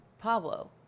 Pablo